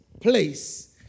place